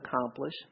accomplish